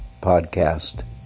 podcast